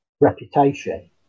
reputation